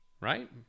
right